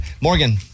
Morgan